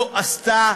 לא עשתה